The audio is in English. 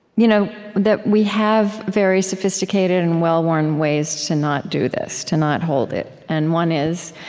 you know that we have very sophisticated and well-worn ways to not do this, to not hold it. and one is,